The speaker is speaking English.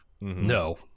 no